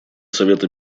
совета